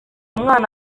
mwana